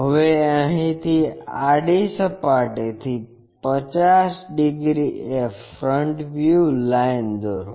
હવે અહીંથી આડી સપાટીથી 50 ડિગ્રી એ ફ્રન્ટ વ્યૂ લાઇન દોરો